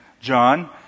John